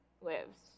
lives